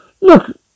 Look